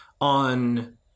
on